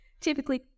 typically